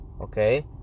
okay